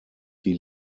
die